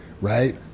right